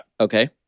Okay